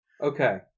Okay